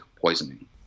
poisoning